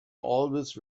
always